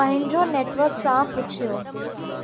पंहिंजो नेटवक सां पुछियो